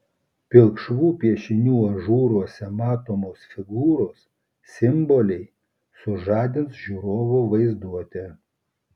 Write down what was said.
pilkšvų piešinių ažūruose matomos figūros simboliai sužadins žiūrovo vaizduotę